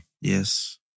Yes